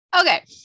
Okay